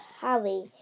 Harry